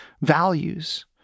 values